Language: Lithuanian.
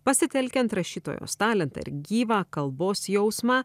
pasitelkiant rašytojos talentą ir gyvą kalbos jausmą